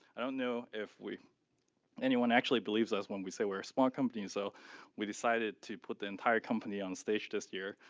i don't know if anyone actually believes us when we say we're a small company so we decided to put the entire company on stage this year,